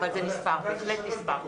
אבל זה בהחלט נספר.